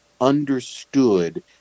understood